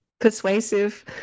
persuasive